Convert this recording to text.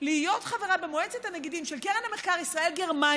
להיות חברה במועצת הנגידים של קרן המחקר ישראל-גרמניה,